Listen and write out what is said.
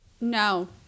No